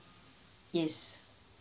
yes